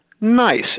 nice